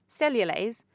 cellulase